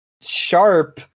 sharp